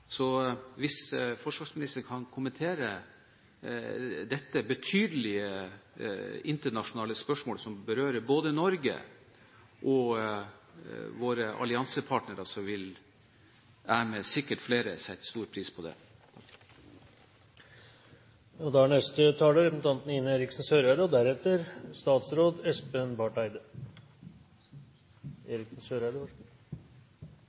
Hvis forsvarsministeren kan kommentere dette betydelige internasjonale spørsmålet, som berører både Norge og våre alliansepartnere, vil jeg med sikkert flere sette stor pris på det. Jeg vil også takke for en god debatt, og jeg vil også slutte meg til det både representanten Høybråten og